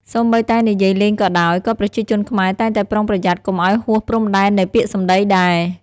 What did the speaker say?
សូម្បីតែនិយាយលេងក៏ដោយ ក៏ប្រជាជនខ្មែរតែងតែប្រុងប្រយ័ត្នកុំឲ្យហួសព្រំដែននៃពាក្យសម្ដីដែរ។